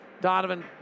Donovan